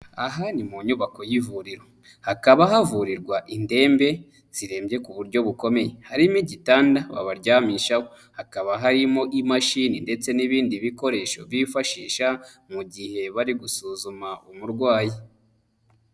Aha ni mu nyubako y'ivuriro, hakaba havurirwa indembe zirembye ku buryo bukomeye, harimo igitanda babaryamisha, hakaba harimo imashini ndetse n'ibindi bikoresho bifashisha mu gihe bari gusuzuma umurwayi.